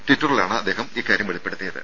ട്വിറ്ററിലാണ് അദ്ദേഹം ഇക്കാര്യം വെളിപ്പെടുത്തിയത്